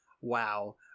Wow